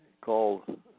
called